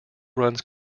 runs